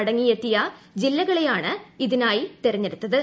മടങ്ങിയെത്തിയ ജില്ലകളെയാണ് ഇതിനായി തെരെഞ്ഞെടുത്തത്